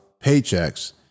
paychecks